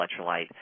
electrolyte